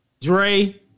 Dre